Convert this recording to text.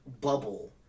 bubble